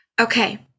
okay